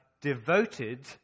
devoted